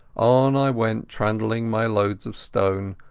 on i went, trundling my loads of stone,